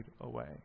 away